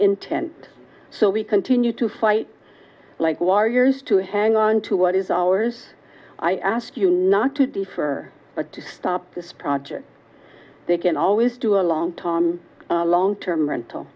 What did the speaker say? intent so we continue to fight like warriors to hang on to what is ours i ask you not to differ but stop this project they can always do a long tom long term rental